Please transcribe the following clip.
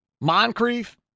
Moncrief